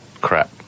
crap